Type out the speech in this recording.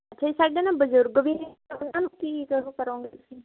ਅੱਛਾ ਜੀ ਸਾਡੇ ਨਾ ਬਜ਼ੁਰਗ ਵੀ ਉਹਨਾਂ ਨੂੰ ਕੀ ਕਰ ਕਰੋਗੇ ਤੁਸੀਂ